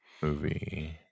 movie